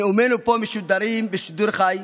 נאומינו פה משודרים בשידור חי,